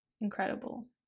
incredible